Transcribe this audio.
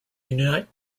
unite